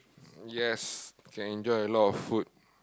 yes can enjoy a lot of food